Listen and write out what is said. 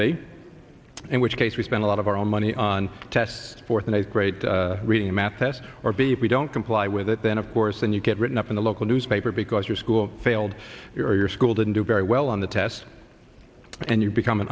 b in which case we spend a lot of our own money on tests fourth and eighth grade reading a math test or b if we don't comply with it then of course then you get written up in the local newspaper because your school failed your school didn't do very well on the tests and you become an